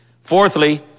Fourthly